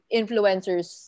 influencers